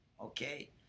Okay